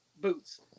Boots